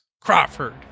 Crawford